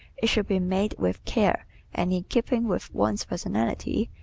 it should be made with care and in keeping with one's personality,